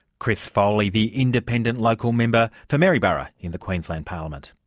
chris foley. the independent local member for maryborough in the queensland parliament.